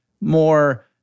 more